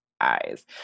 eyes